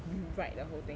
rewrite the whole thing